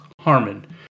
Harmon